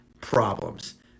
problems